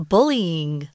Bullying